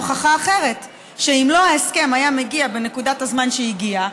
הוכחה אחרת שאם ההסכם לא היה מגיע בנקודת הזמן שהגיע,